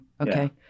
Okay